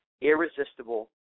irresistible